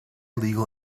legal